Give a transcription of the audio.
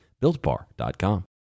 BuiltBar.com